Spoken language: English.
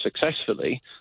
successfully